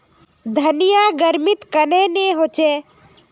धनिया गर्मित कन्हे ने होचे?